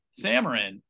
Samarin